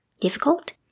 difficult